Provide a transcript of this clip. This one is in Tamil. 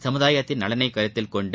சமுதாயத்தின் நலனைகருத்தில்கொண்டு